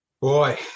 Boy